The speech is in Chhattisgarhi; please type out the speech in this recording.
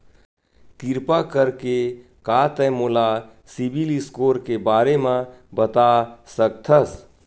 किरपा करके का तै मोला सीबिल स्कोर के बारे माँ बता सकथस?